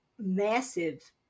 massive